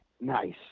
Nice